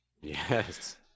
Yes